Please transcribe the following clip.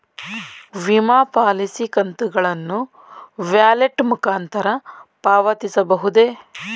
ವಿಮಾ ಪಾಲಿಸಿ ಕಂತುಗಳನ್ನು ವ್ಯಾಲೆಟ್ ಮುಖಾಂತರ ಪಾವತಿಸಬಹುದೇ?